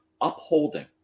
upholding